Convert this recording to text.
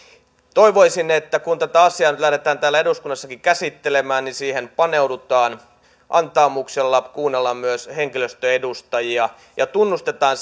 toivoisin että kun asiaa lähdetään täällä eduskunnassakin käsittelemään niin siihen paneudutaan antaumuksella kuunnellaan myös henkilöstön edustajia ja tunnustetaan